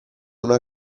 una